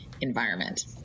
environment